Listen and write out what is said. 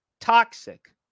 toxic